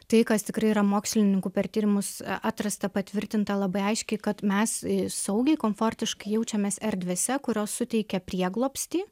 tai kas tikrai yra mokslininkų per tyrimus atrasta patvirtinta labai aiškiai kad mes saugiai komfortiškai jaučiamės erdvėse kurios suteikia prieglobstį